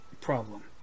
problem